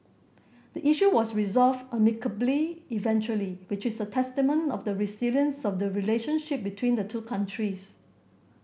the issue was resolved amicably eventually which is a testament of the resilience of the relationship between the two countries